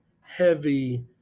heavy